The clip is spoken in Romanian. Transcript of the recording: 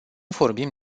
vorbim